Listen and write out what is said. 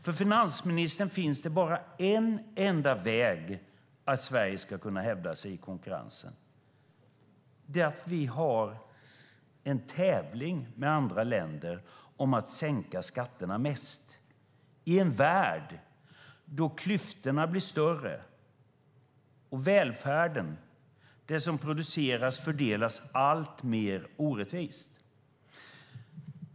För finansministern finns det bara en enda väg för att Sverige ska kunna hävda sig i konkurrensen, och det är att vi ska tävla med andra länder om att sänka skatterna mest, detta i en värld där klyftorna blir större och välfärden och det som produceras fördelas alltmer orättvist.